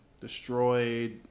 destroyed